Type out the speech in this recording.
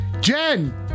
Jen